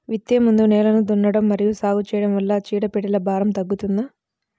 విత్తే ముందు నేలను దున్నడం మరియు సాగు చేయడం వల్ల చీడపీడల భారం తగ్గుతుందా?